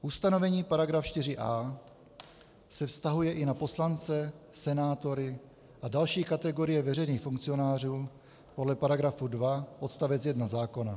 Ustanovení § 4a se vztahuje i na poslance, senátory a další kategorie veřejných funkcionářů podle § 2 odst. 1 zákona.